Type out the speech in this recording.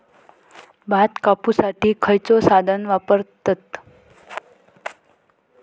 भात कापुसाठी खैयचो साधन वापरतत?